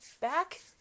back